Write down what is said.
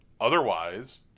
Otherwise